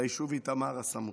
ליישוב הסמוך,